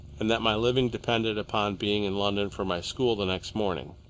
and that my living depended upon being in london for my school the next morning.